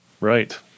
Right